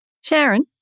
Sharon